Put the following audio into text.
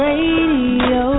Radio